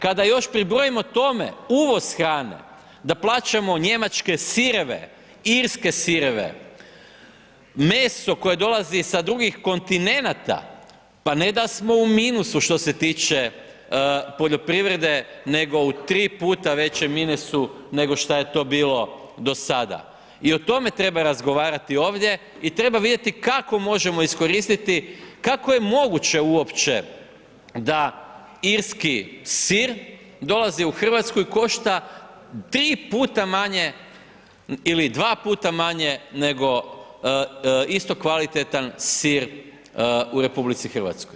Kada još pribrojimo tome uvoz hrane, da plaćamo njemačke sireve, irske sireve, meso koje dolazi sa drugih kontinenata, pa ne da smo u minusu što se tiče poljoprivrede, nego u tri puta većem minusu nego šta je to bilo do sada i o tome treba razgovarati ovdje i treba vidjeti kako možemo iskoristiti, kako je moguće uopće da irski sir dolazi u RH i košta tri puta manje ili dva puta manje, nego isto kvalitetan sir u RH.